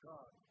God